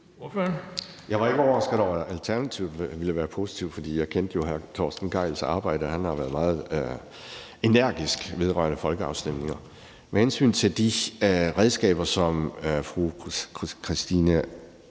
Jeg var ikke overrasket over, at Alternativet ville være positive, for jeg kendte jo hr. Torsten Gejls arbejde, og han har været meget energisk vedrørende folkeafstemninger. Med hensyn til de redskaber, som fru Christina